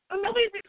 Nobody's